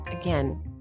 Again